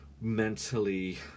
mentally